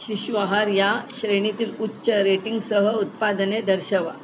शिशुआहार या श्रेणीतील उच्च रेटिंगसह उत्पादने दर्शवा